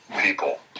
people